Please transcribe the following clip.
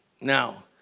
Now